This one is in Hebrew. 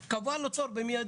הוא קבע לו תור במיידי.